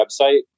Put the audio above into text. website